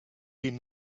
been